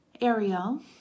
Ariel